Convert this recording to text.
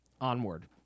Onward